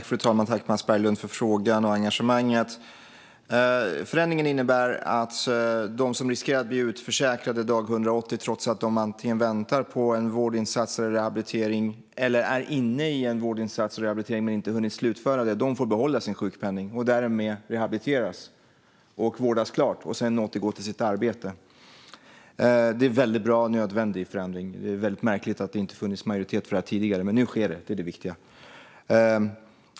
Fru talman! Tack, Mats Berglund, för frågan och engagemanget! Förändringen innebär att de som riskerar att bli utförsäkrade dag 180 trots att de antingen väntar på vårdinsats eller rehabilitering eller är inne i en vård eller rehabiliteringsinsats men inte har hunnit slutföra den får behålla sin sjukpenning och därmed rehabiliteras och vårdas färdigt och sedan återgå till sitt arbete. Det är en bra och nödvändig förändring. Det är väldigt märkligt att det inte har funnits majoritet för det tidigare, men nu sker det. Det är det viktiga.